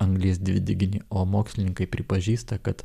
anglies dvideginį o mokslininkai pripažįsta kad